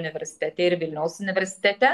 universitete ir vilniaus universitete